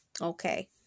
Okay